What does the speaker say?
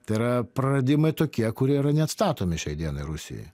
tai yra praradimai tokie kurie yra neatstatomi šiai dienai rusijai